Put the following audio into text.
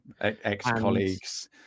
ex-colleagues